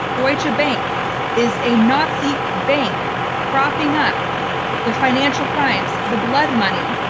deutsche ah bank is a nazi bank propping up the financial crimes, the blood money,